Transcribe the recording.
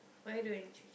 why don't you